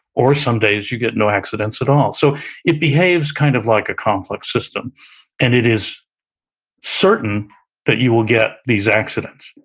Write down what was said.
or some days you get no accidents at all. so it behaves kind of like a complex system and it is certain that you will get these accidents.